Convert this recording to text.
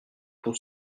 pour